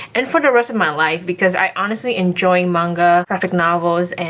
and for the rest of my life because i honestly enjoy manga, graphic novels, and